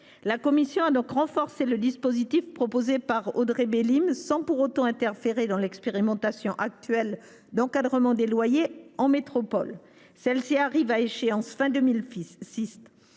La commission a donc renforcé le dispositif proposé par notre collègue Bélim, sans pour autant interférer dans l’expérimentation actuelle d’encadrement des loyers en métropole, qui arrive à échéance à la